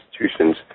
institutions